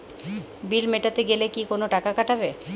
বিল মেটাতে গেলে কি কোনো টাকা কাটাবে?